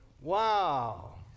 Wow